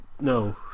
no